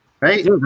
Right